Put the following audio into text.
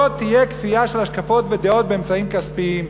לא תהיה כפייה של השקפות ודעות באמצעים כספיים,